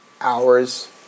hours